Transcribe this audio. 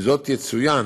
עם זאת, יצוין